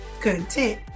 content